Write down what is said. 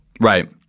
Right